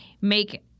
make